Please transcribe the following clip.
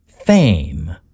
Fame